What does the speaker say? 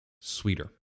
sweeter